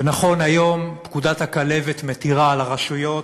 ונכון, היום פקודת הכלבת מתירה לרשויות,